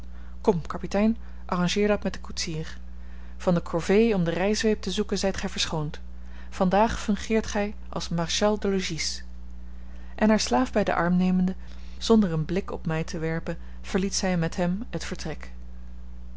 kom kapitein arrangeer dat met den koetsier van de corvée om de rijzweep te zoeken zijt gij verschoond vandaag fungeert gij als maréchal de logis en haar slaaf bij den arm nemende zonder een blik op mij te werpen verliet zij met hem het vertrek